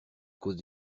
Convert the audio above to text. cause